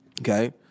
okay